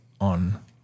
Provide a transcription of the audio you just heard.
on